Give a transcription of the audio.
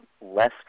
less